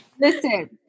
Listen